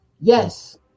Yes